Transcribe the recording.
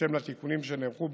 בהתאם לתיקונים שנערכו,